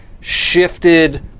shifted